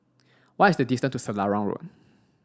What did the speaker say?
what is the distance to Selarang Road